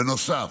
בנוסף,